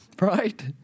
right